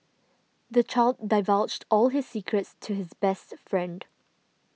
the child divulged all his secrets to his best friend